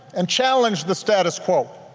and challenge the status quo,